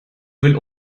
will